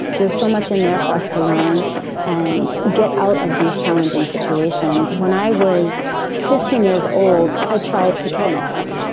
there's so much in there for us to learn and get out of these challenging situations. when i was fifteen years old, i tried to kill myself.